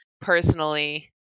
personally